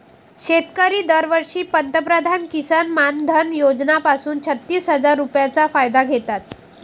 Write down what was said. शेतकरी दरवर्षी पंतप्रधान किसन मानधन योजना पासून छत्तीस हजार रुपयांचा फायदा घेतात